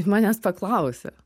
manęs to klauė